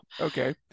Okay